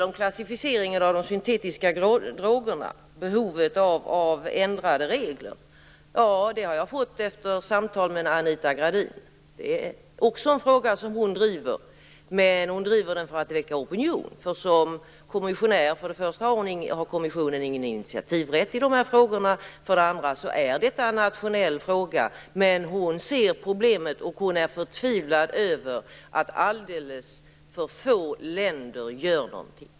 Uppgifterna till min andra fråga har jag fått efter samtal med Anita Gradin. Den är också en fråga som hon driver, men i detta fall för att väcka opinion. Kommissionen har ingen initiativrätt i dessa frågor. Dessutom är detta en nationell fråga. Men Anita Gradin ser problemet och är förtvivlad över att alldeles för få länder gör något.